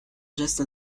geste